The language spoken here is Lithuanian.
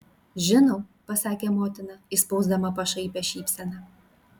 žinau pasakė motina išspausdama pašaipią šypseną